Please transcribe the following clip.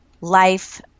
life